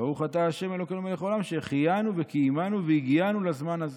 "ברוך אתה ה' אלהינו מלך העולם שהחיינו וקיימנו והגיענו לזמן הזה.